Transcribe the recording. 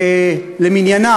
למניינם,